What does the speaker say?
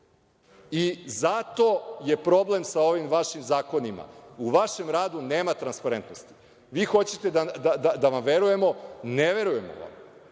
Zato je problem sa ovim vašim zakonima, u vašem radu nema transparentnosti. Vi hoćete da vam verujemo, ne verujemo vam.